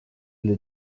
для